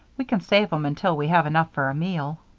we can save em until we have enough for a meal.